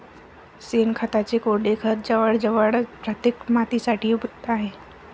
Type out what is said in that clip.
शेणखताचे कोरडे खत जवळजवळ प्रत्येक मातीसाठी उपयुक्त आहे